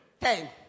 Ten